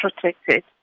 protected